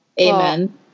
Amen